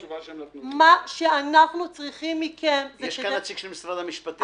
יש כאן נציג של משרד המשפטים?